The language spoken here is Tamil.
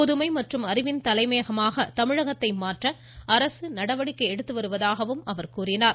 புதுமை மற்றும் அறிவின் தலைமையகமாக தமிழகத்தை மாற்ற அரசு நடவடிக்கை எடுத்துவருவதாகவும் அவர் கூறினார்